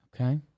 Okay